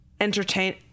Entertain